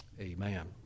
Amen